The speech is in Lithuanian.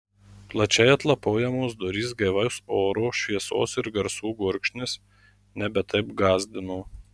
plačiai atlapojamos durys gaivaus oro šviesos ir garsų gurkšnis nebe taip gąsdino